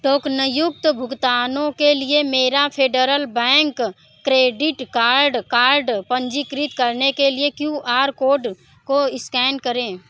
टोक्न युक्त भुगतानों के लिए मेरा Federal Bank credit card card पंजीकृत करने के लिए क्यू आर कोड को स्कैन करें